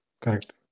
Correct